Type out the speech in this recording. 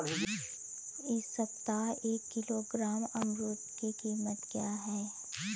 इस सप्ताह एक किलोग्राम अमरूद की कीमत क्या है?